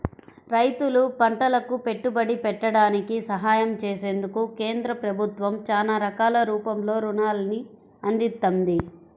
రైతులు పంటలకు పెట్టుబడి పెట్టడానికి సహాయం చేసేందుకు కేంద్ర ప్రభుత్వం చానా రకాల రూపంలో రుణాల్ని అందిత్తంది